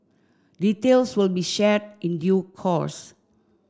details will be shared in due course